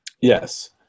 Yes